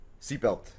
seatbelt